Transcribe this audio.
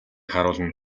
харуулна